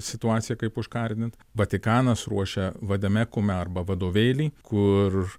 situaciją kaip užkardint vatikanas ruošia vadame kume arba vadovėlį kur